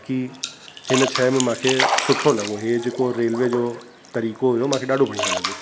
बाक़ी हिन शइ में मूंखे सुठो लॻो हीअं जेको रेलवे जो तरीक़ो हुओ मूंखे ॾाढो बढ़िया लॻो